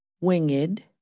winged